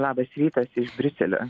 labas rytas iš briuselio